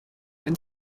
and